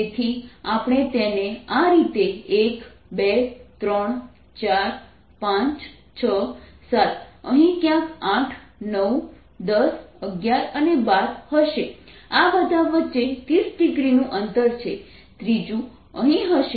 તેથી આપણે તેને આ રીતે 1 2 3 4 5 6 7 અહીં ક્યાંક 8th 9th 10th 11th અને 12th હશે આ બધા વચ્ચે 30 ડિગ્રી નું અંતર છે ત્રીજું અહીં હશે